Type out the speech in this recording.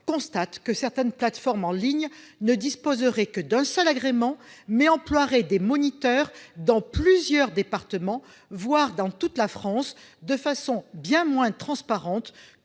constatent que certaines plateformes en ligne, qui ne disposent pourtant que d'un seul agrément, emploient des moniteurs dans plusieurs départements, voire dans toute la France, de façon bien moins transparente